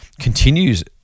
continues